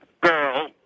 girl